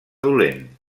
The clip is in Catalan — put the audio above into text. dolent